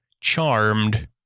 Charmed